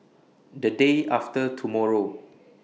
The Day after tomorrow